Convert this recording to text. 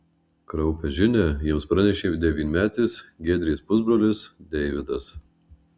kraupią žinią jiems pranešė devynmetis giedrės pusbrolis deividas